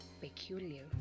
peculiar